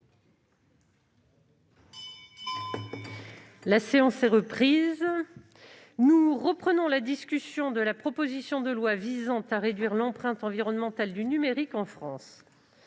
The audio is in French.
La séance est reprise. Nous reprenons l'examen de la proposition de loi visant à réduire l'empreinte environnementale du numérique en France.